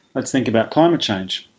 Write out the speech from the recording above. let's think about climate change.